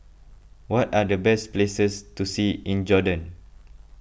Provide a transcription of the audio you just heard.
what are the best places to see in Jordan